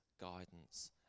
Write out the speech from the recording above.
guidance